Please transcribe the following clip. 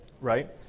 right